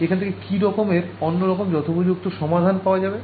এখান থেকে কি কোন অন্যরকম যথোপযুক্ত সমাধান পাওয়া যাবে